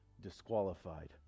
disqualified